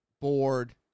bored